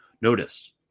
Notice